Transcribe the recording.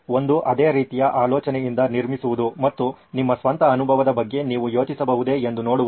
ಒಂದು ಅದೇ ರೀತಿಯ ಆಲೋಚನೆಯಿಂದ ನಿರ್ಮಿಸುವುದು ಮತ್ತು ನಿಮ್ಮ ಸ್ವಂತ ಅನುಭವದ ಬಗ್ಗೆ ನೀವು ಯೋಚಿಸಬಹುದೇ ಎಂದು ನೋಡುವುದು